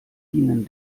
ihnen